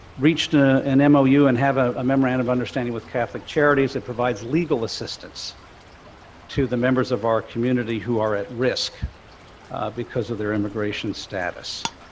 reached ah an m o u. and have a memorandum understanding with catholic charities that provides legal assistance to the members of our community who are at risk because of their immigration status.